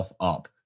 up